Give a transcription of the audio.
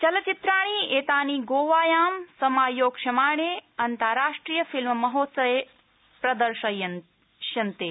चलचित्राणि एतानि गोवायां समायोक्ष्यमाणे अन्तार्राष्ट्रिय फिल्म महोत्सवे प्रदर्शयिष्यन्ते